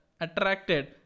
attracted